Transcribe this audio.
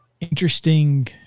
interesting